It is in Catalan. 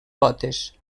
potes